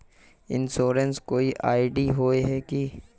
Insurance कोई ID होय है की?